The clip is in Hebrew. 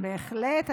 בהחלט.